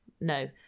No